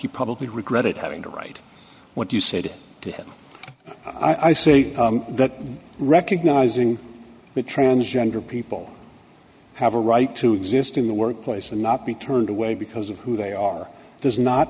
you probably regretted having to write what you said to him i say that recognizing that transgender people have a right to exist in the workplace and not be turned away because of who they are does not